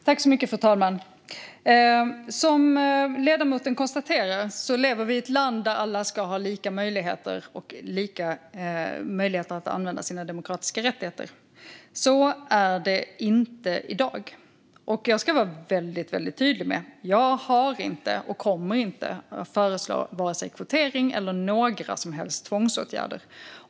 Fru talman! Som ledamoten konstaterar lever vi i ett land där alla ska ha lika möjligheter att använda sina demokratiska rättigheter. Så är det inte i dag. Jag ska vara väldigt tydlig med att jag inte har och inte kommer att föreslå vare sig kvotering eller några som helst tvångsåtgärder.